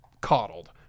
coddled